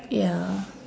ya